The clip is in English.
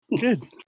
good